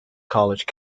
college